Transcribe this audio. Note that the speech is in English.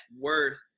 worth